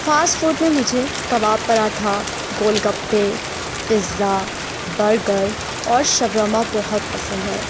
fast food میں مجھے کباب پراٹھا گول گپے پزا برگر اور شورما بہت پسند ہے